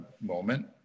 moment